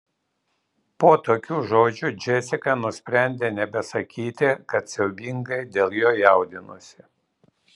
po tokių žodžių džesika nusprendė nebesakyti kad siaubingai dėl jo jaudinosi